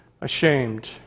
ashamed